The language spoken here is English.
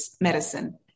medicine